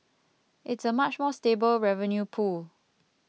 it's a much more stable revenue pool